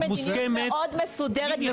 מדיניות מוסכמת של מי נכנס,